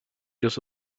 just